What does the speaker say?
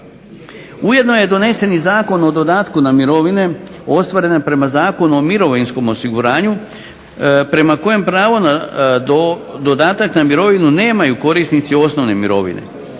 Ujedno je donesen i Zakon o dodatku na mirovine ostvarene prema Zakonu o mirovinskom osiguranju prema kojem pravo na dodatak na mirovinu nemaju korisnici osnovne mirovine.